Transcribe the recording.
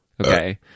Okay